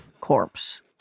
corpse